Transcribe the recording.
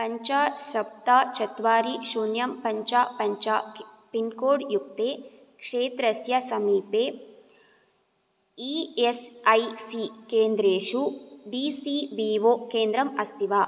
पञ्च सप्त चत्वारि शून्यं पञ्च पञ्च पिन्कोड् युक्ते क्षेत्रस्य समीपे ई एस् ऐ सी केन्द्रेषु डी सी बी वो केन्द्रम् अस्ति वा